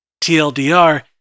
tldr